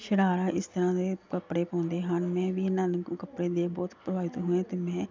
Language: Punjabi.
ਸ਼ਰਾਰਾ ਇਸ ਤਰ੍ਹਾਂ ਦੇ ਕੱਪੜੇ ਪਾਉਂਦੇ ਹਨ ਮੈਂ ਵੀ ਇਹਨਾਂ ਨੂੰ ਕੱਪੜੇ ਦੇ ਬਹੁਤ ਪ੍ਰਭਾਵਿਤ ਹੋਈ ਅਤੇ ਮੈਂ